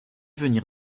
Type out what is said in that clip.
venir